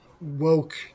woke